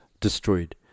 destroyed